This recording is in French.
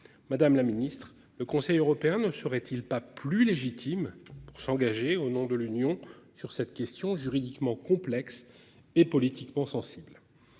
Madame la Ministre le Conseil européen ne serait-il pas plus légitime pour s'engager au nom de l'Union sur cette question juridiquement complexe et politiquement sensible.